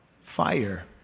fire